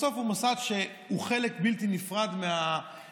בסוף הוא מוסד שהוא חלק בלתי נפרד מהמלכות.